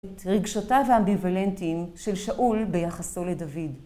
רגשתה ואמביוולנטיים של שאול ביחסו לדוד.